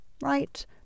right